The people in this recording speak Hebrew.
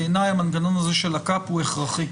בעיניי המנגנון הזה של ה-קאפ הוא הכרחי.